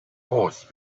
horse